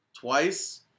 twice